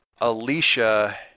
Alicia